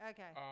Okay